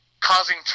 causing